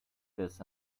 this